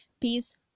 peace